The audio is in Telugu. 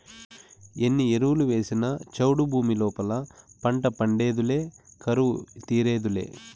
ఎన్ని ఎరువులు వేసినా చౌడు భూమి లోపల పంట పండేదులే కరువు తీరేదులే